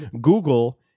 Google